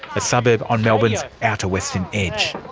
a suburb on melbourne's outer western edge.